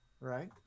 Right